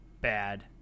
bad